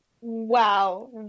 Wow